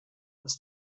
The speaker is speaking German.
ist